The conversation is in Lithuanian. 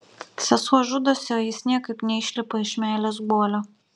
sesuo žudosi o jis niekaip neišlipa iš meilės guolio